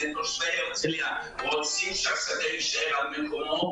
מתושבי הרצליה רוצים שהשדה יישאר על מקומו.